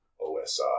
OSI